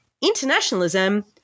internationalism